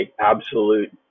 absolute